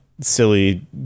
silly